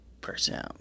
person